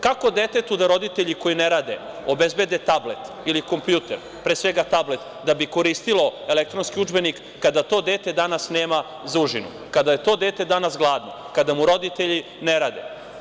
Kako detetu da roditelji koji ne rade obezbede tablet ili kompjuter, pre svega tablet da bi koristilo elektronski udžbenik kada to dete danas nema za užinu, kada je to dete danas gladno, kada mu roditelji ne rade?